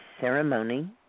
ceremony